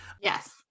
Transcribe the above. Yes